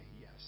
yes